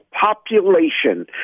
population